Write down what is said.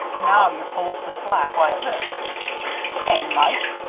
now, you pull up the slack like this hey, mike!